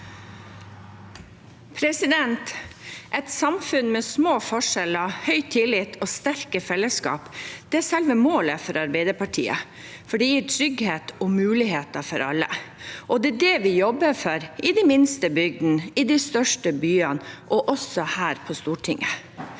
Et samfunn med små forskjeller, høy tillit og sterke fellesskap er selve målet for Arbeiderpartiet, for det gir trygghet og muligheter for alle. Det er det vi jobber for i de minste bygdene, i de største byene og også her på Stortinget.